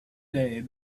day